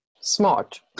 Smart